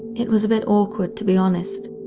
it was a bit awkward to be honest,